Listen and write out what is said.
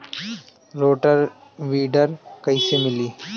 Rotor weeder कईसे मिले?